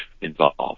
involved